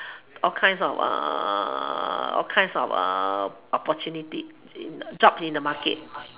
all kinds of all kinds of opportunity jobs in the market